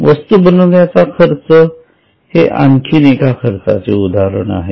वस्तू बनवण्याचा खर्च हे आणखीन एका खर्चाचे उदाहरण आहे